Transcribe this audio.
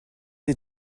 les